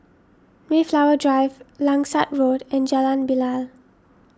Mayflower Drive Langsat Road and Jalan Bilal